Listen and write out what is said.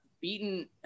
beaten